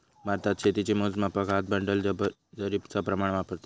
भारतात शेतीच्या मोजमापाक हात, बंडल, जरीबचा प्रमाण वापरतत